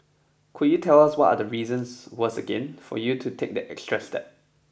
could you tell us what are the reasons was again for you to take the extra step